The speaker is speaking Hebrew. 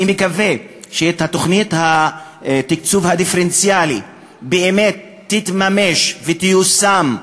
אני מקווה שתוכנית התקצוב הדיפרנציאלי באמת תתממש ותיושם,